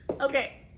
Okay